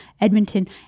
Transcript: Edmonton